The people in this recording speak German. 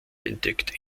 entdeckt